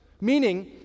Meaning